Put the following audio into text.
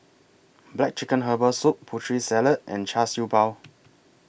Black Chicken Herbal Soup Putri Salad and Char Siew Bao